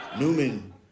Newman